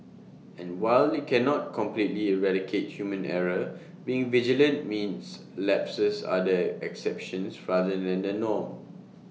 and while IT cannot completely eradicate human error being vigilant means lapses are the exceptions rather than the norm